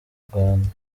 rwanda